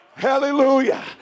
Hallelujah